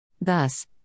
Thus